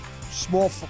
small